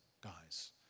guys